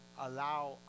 allow